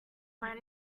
but